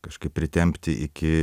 kažkaip pritempti iki